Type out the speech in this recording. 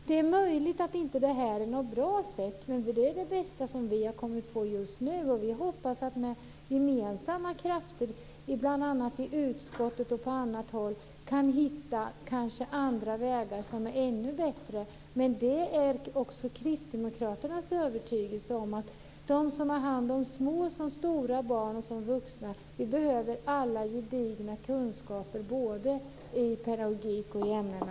Det är möjligt att detta inte är något bra sätt, men det är det bästa som vi har kommit på just nu. Vi hoppas att vi med gemensamma krafter, bl.a. i utskottet och på annat håll, kan hitta andra vägar som är ännu bättre. Men det är också kristdemokraternas övertygelse att alla de som har hand om små och stora barn och vuxna behöver gedigna kunskaper både i pedagogik och i ämnena.